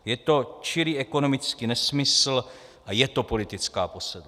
Je to čirý ekonomický nesmysl a je to politická posedlost.